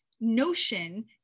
notion